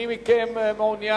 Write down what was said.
מי מכם מעוניין?